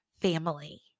family